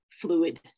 fluid